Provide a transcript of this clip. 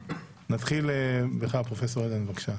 נתחיל בפרופסור יובל אלבשן, בבקשה.